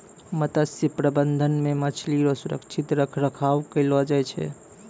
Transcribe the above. मत्स्य प्रबंधन मे मछली रो सुरक्षित रख रखाव करलो जाय छै